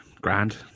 grand